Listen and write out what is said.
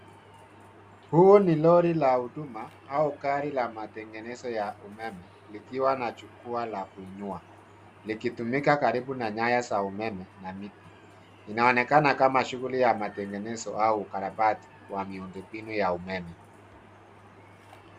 Huu ni lori la huduma au gari la matengenezo ya umeme likiwa na jukwaa la kuinua likitumika karibu na nyaya za umeme na miti. Inaonekana kama shughuli ya matengenezo au ukarabati wa miundombinu ya umeme.